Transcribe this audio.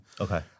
Okay